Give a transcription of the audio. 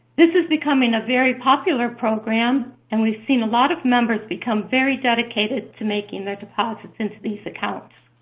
this is becoming a very popular program, and we've seen a lot of members become very dedicated to making their deposits into these accounts.